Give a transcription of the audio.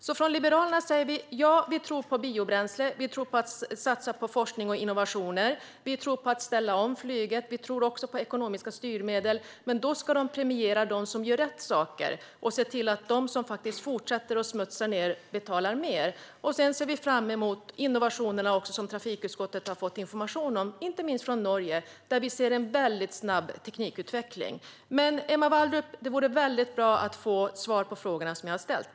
Vi liberaler tror på biobränsle, vi tror på att satsa på forskning och innovation, vi tror på att ställa om flyget och vi tror också på ekonomiska styrmedel. Men de ska premiera dem som gör rätt och se till att de som fortsätter att smutsa ned betalar mer. Vi ser sedan fram emot innovationerna som trafikutskottet har fått information om, inte minst från Norge. Där ser vi en mycket snabb teknikutveckling. Emma Wallrup! Det vore bra att få svar på de frågor jag har ställt.